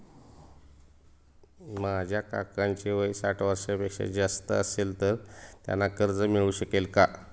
माझ्या काकांचे वय साठ वर्षांपेक्षा जास्त असेल तर त्यांना कर्ज मिळू शकेल का?